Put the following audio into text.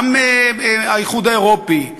גם האיחוד האירופי,